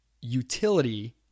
utility